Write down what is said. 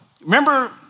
Remember